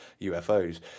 UFOs